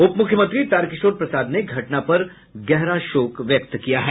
उप मुख्यमंत्री तारकिशोर प्रसाद ने घटना पर गहरा शोक व्यक्त किया है